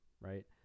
right